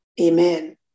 amen